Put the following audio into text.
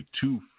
two